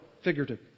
figurative